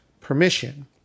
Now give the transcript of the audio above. permission